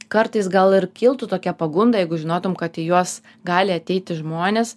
kartais gal ir kiltų tokia pagunda jeigu žinotum kad į juos gali ateiti žmonės